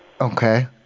Okay